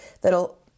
that'll